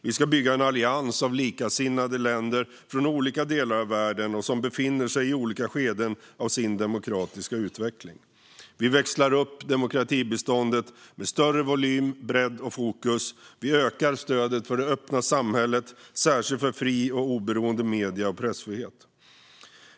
Vi ska bygga en allians av likasinnade länder från olika delar av världen och som befinner sig i olika skeden av sin demokratiska utveckling. Vi växlar upp demokratibiståndet med större volym, bredd och fokus. Vi ökar stödet för det öppna samhället, särskilt för fria och oberoende medier och för pressfrihet.